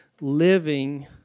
living